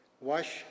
Wash